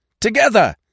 Together